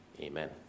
Amen